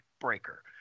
breaker